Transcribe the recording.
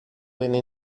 venne